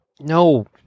No